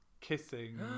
kissing